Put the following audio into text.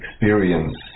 experience